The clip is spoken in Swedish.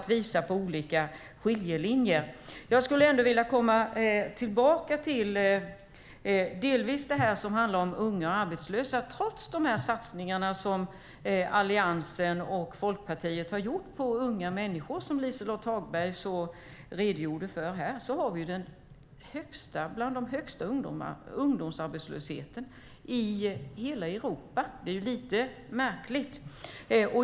Jag skulle vilja komma tillbaka till det här som handlar om unga och arbetslösa. Trots de satsningar som Alliansen och Folkpartiet har gjort på unga människor som Liselott Hagberg redogjorde för är ungdomsarbetslösheten bland de högsta i hela Europa. Det är ju lite märkligt.